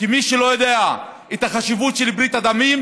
כי מי שלא יודע את החשיבות של ברית הדמים